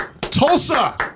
Tulsa